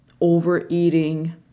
overeating